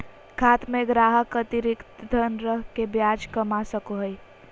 खाता में ग्राहक अतिरिक्त धन रख के ब्याज कमा सको हइ